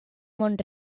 mont